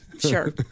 Sure